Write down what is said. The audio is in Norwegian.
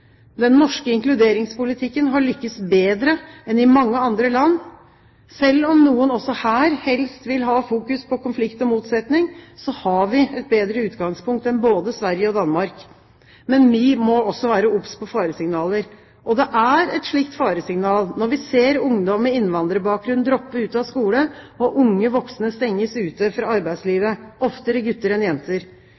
Den norske inkluderingspolitikken har lyktes bedre enn i mange andre land. Selv om noen også her helst vil ha fokus på konflikt og motsetning, har vi et bedre utgangspunkt enn både Sverige og Danmark. Men vi må også være obs på faresignaler. Det er et slikt faresignal når vi ser ungdom med innvandrerbakgrunn droppe ut av skole og unge voksne stenges ute fra